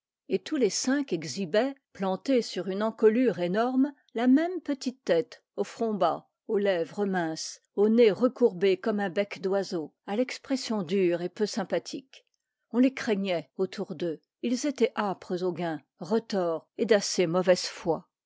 et tous les cinq exhibaient plantée sur une encolure énorme la même petite tête au front bas aux lèvres minces au nez recourbé comme un bec d'oiseau à l'expression dure et peu sympathique on les craignait autour d'eux ils étaient âpres au gain retors et d'assez mauvaise foi